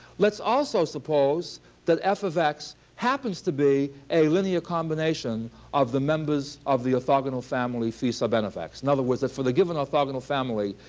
let's also suppose that f of x happens to be a linear combination of the members of the orthogonal family phi sub n of x, in other words, that for the given orthogonal family,